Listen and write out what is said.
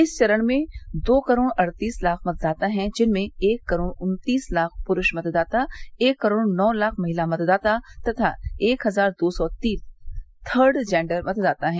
इस चरण में दो करोड़ अड़तीस लाख मतदाता है जिनमें एक करोड़ उन्तीस लाख पुरूष मतदाता एक करोड़ नौ लाख महिला मतदाता तथा एक हजार दो सौ तीस थर्ड जेंडर मतदाता है